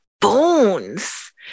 bones